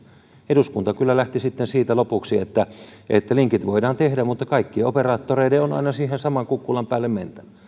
eduskunta kyllä lähti lopuksi siitä että linkit voidaan tehdä mutta kaikkien operaattoreiden on aina siihen saman kukkulan päälle mentävä